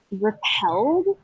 repelled